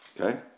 Okay